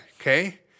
okay